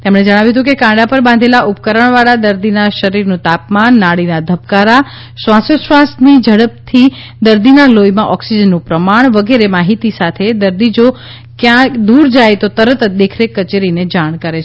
તેમણે જણાવ્યું હતું કે કાંડા પર બાંઘેલા ઉપકરણવાળા દર્દીના શરીરનું તાપમાન નાડીના ધબકારા શ્વાસોચ્છવાસની ઝડપથી દર્દીના લોહીમાં ઓક્સિજનનું પ્રમાણ વગેરે માહિતીની સાથે દર્દી જો ક્યાં દૂર જાય તો તરત જ દેખરેખ કચેરીને જાણ કરે છે